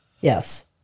yes